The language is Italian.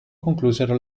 conclusero